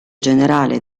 generale